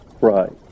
right